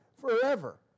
forever